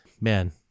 man